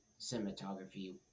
cinematography